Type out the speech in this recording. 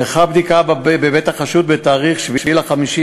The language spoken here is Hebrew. נערכה בדיקה בבית החשוד בתאריך 7 במאי